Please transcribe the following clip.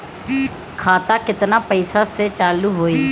खाता केतना पैसा से चालु होई?